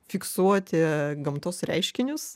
fiksuoti gamtos reiškinius